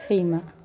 सैमा